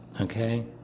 Okay